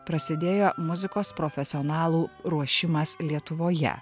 prasidėjo muzikos profesionalų ruošimas lietuvoje